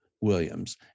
Williams